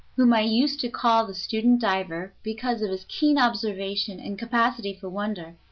whom i used to call the student diver, because of his keen observation and capacity for wonder,